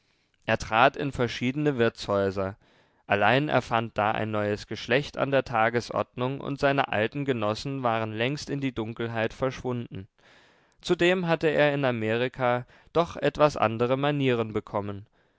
er trat in verschiedene wirtshäuser allein er fand da ein neues geschlecht an der tagesordnung und seine alten genossen waren längst in die dunkelheit verschwunden zudem hatte er in amerika doch etwas andere manieren bekommen